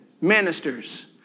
Ministers